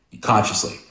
consciously